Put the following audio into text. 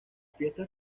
fiestas